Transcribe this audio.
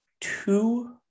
two